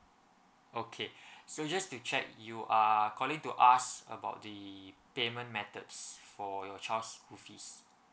okay so just to check you are calling to ask about the payment methods for your child's school fees